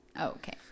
Okay